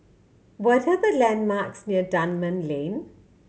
what are the landmarks near Dunman Lane